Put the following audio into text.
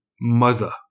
Mother